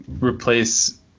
replace